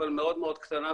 אבל מאוד מאוד קטנה,